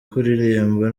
kuririmba